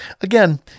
Again